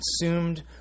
consumed